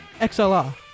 XLR